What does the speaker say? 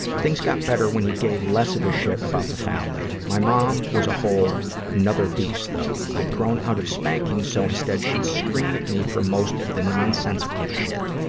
things got better when he gave less of a shit about the family. my mom was a whole nother beast though. i'd grown out of spankings, so instead she'd scream at me for most of the nonsensical shit.